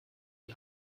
die